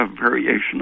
variation